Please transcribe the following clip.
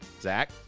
Zach